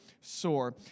sore